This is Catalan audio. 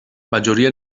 majoria